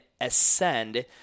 ascend